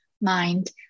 mind